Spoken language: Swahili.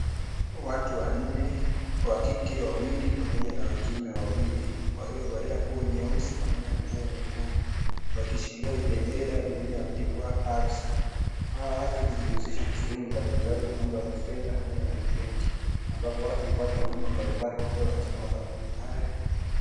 Watu wanne wa kike wawili pamoja na wa kiume wawili waliovalia nguo nyeusi pamoja na nguo nyekundu wakishilia vibendera vilivyoandikwa Absa. Hawa watu hujihusisha na shughuli mbalimbali za mambo ya kifedha pamoja na ya kibenki ambapo watu hupata huduma mbalimbali kutoka kwenye makampuni haya.